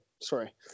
Sorry